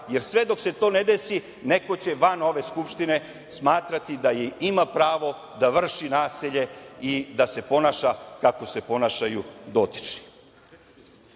jer sve dok se to ne desi, neko će van ove Skupštine smatrati da ima pravo da vrši nasilje i da se ponaša kako se ponašaju